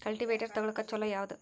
Cultivator ತೊಗೊಳಕ್ಕ ಛಲೋ ಯಾವದ?